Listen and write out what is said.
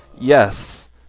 Yes